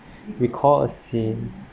we call a sin